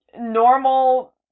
normal